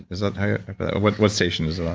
is that how. what what station is it on?